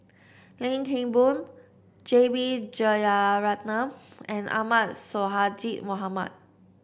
Lim Kim Boon J B Jeyaretnam and Ahmad Sonhadji Mohamad